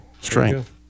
Strength